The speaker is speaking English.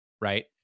right